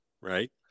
right